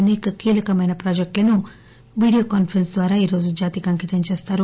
అసేక కీలకమైన ప్రాజెక్టులను వీడియో కాన్పరెన్స్ ద్వారా ఈరోజు జాతికి అంకితం చేస్తారు